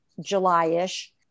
July-ish